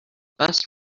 best